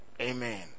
Amen